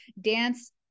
dance